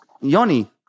yoni